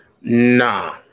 Nah